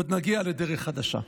עוד נגיע לדרך חדשה.